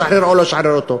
לשחרר או לא לשחרר אותו.